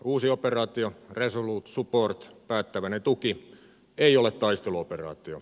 uusi operaatio resolute support päättäväinen tuki ei ole taisteluoperaatio